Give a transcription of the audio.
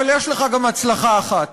אבל יש לך גם הצלחה אחת.